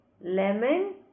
Lemon